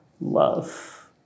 love